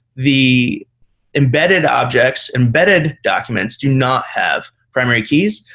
the embedded objects, embedded documents do not have primary keys.